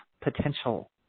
potential